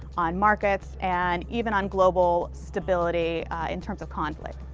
on markets and even on global stability in terms of conflict.